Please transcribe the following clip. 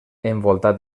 envoltat